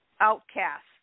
outcasts